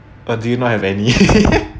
or do you not have any